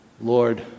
Lord